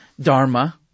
Dharma